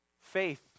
faith